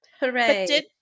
Hooray